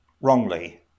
wrongly